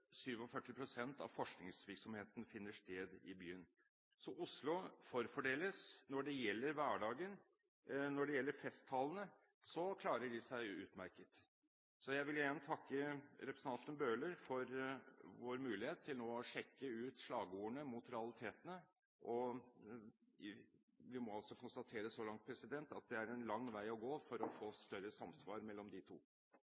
av forskningsvirksomheten finner sted i byen. Oslo forfordeles når det gjelder hverdagen. Når det gjelder festtalene, klarer de seg utmerket. Jeg vil igjen takke representanten Bøhler for vår mulighet til nå å sjekke ut slagordene mot realitetene, og vi må konstatere så langt at det er en lang vei å gå for å få større samsvar mellom de to.